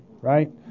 Right